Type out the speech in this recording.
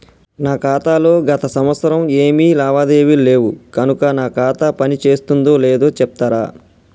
నా ఖాతా లో గత సంవత్సరం ఏమి లావాదేవీలు లేవు కనుక నా ఖాతా పని చేస్తుందో లేదో చెప్తరా?